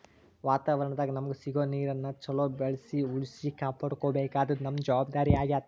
ವಾತಾವರಣದಾಗ್ ನಮಗ್ ಸಿಗೋ ನೀರನ್ನ ಚೊಲೋ ಬಳ್ಸಿ ಉಳ್ಸಿ ಕಾಪಾಡ್ಕೋಬೇಕಾದ್ದು ನಮ್ಮ್ ಜವಾಬ್ದಾರಿ ಆಗ್ಯಾದ್